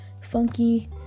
funky